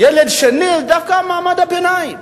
ילד שני זה דווקא מעמד הביניים,